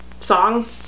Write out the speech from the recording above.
Song